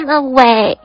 away